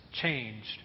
changed